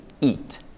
eat